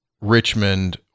Richmond